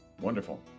Wonderful